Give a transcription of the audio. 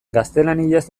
gaztelaniaz